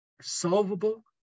solvable